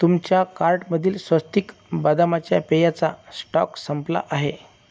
तुमच्या कार्टमधील स्वस्तिक बदामाच्या पेयाचा स्टॉक संपला आहे